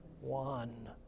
one